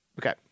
Okay